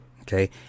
Okay